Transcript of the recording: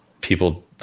people